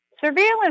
Surveillance